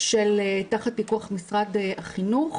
שתחת פיקוח משרד החינוך,